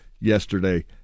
yesterday